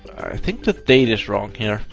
i think the date is wrong here.